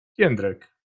jędrek